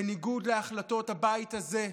בניגוד להחלטות הבית הזה,